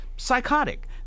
Psychotic